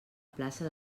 plaça